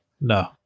No